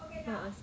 a'ah seh